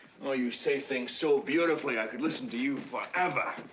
oh, you say things so beautifully. i could listen to you forever!